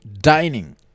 dining